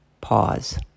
pause